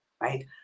right